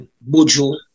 Bojo